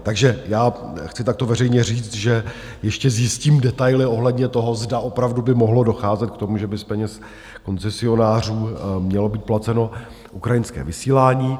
Takže já chci takto veřejně říct, že ještě zjistím detaily ohledně toho, zda opravdu by mohlo docházet k tomu, že by z peněz koncesionářů mělo být placeno ukrajinské vysílání.